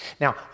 Now